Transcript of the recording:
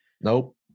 Nope